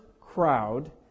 crowd